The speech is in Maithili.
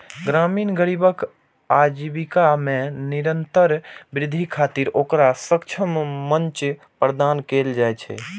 ग्रामीण गरीबक आजीविका मे निरंतर वृद्धि खातिर ओकरा सक्षम मंच प्रदान कैल जाइ छै